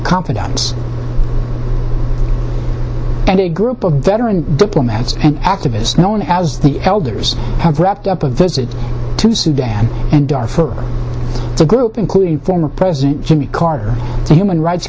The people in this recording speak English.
company and a group of veteran diplomats and activists known as the elders have wrapped up a visit to sudan and darfur the group including former president jimmy carter human rights